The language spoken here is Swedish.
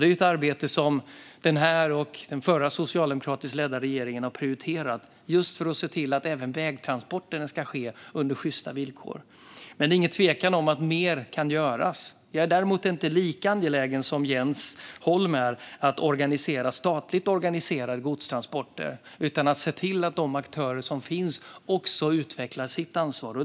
Det är ett arbete som den här och den förra socialdemokratiskt ledda regeringen har prioriterat för att se till att även vägtransporterna ska ske under sjysta villkor. Det är dock ingen tvekan om att mer kan göras. Jag är däremot inte lika angelägen som Jens Holm är om att inrätta statligt organiserade godstransporter. Vi måste se till att de aktörer som finns utvecklar sitt ansvar.